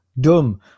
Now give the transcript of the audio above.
Dumb